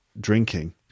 drinking